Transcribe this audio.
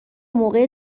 موقع